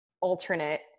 alternate